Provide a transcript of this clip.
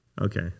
Okay